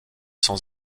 sans